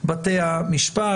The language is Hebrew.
בתי המשפט.